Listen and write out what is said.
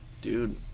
dude